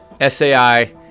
SAI